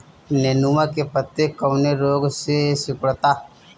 नेनुआ के पत्ते कौने रोग से सिकुड़ता?